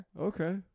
Okay